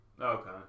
Okay